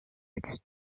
als